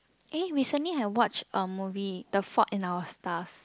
eh recently I watched a movie the Fault-in-Our-Stars